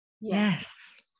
yes